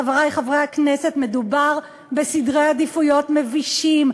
חברי חברי הכנסת, מדובר בסדרי עדיפויות מבישים.